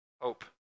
hope